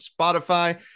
Spotify